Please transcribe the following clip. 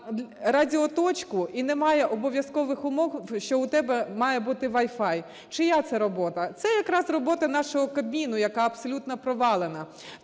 радіоточку, і немає обов'язкових умов, що у тебе має бути Wi-Fi. Чия це робота? Це якраз робота нашого Кабміну, яка абсолютно провалена.